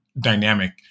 dynamic